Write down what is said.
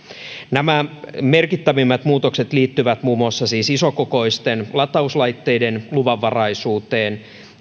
nämä merkittävimmät muutokset liittyvät siis muun muassa isokokoisten latauslaitteiden luvanvaraisuuteen